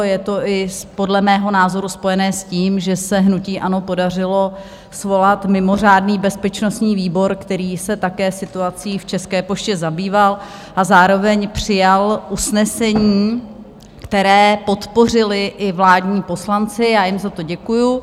Je to i podle mého názoru spojené s tím, že se hnutí ANO podařilo svolat mimořádný bezpečnostní výbor, který se také situací v České poště zabýval a zároveň přijal usnesení, které podpořili i vládní poslanci, a já jim za to děkuju.